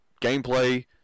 gameplay